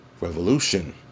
Revolution